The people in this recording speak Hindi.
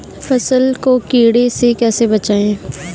फसल को कीड़े से कैसे बचाएँ?